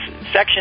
section